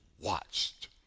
watched